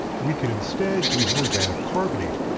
we can instead use an organic carbonate.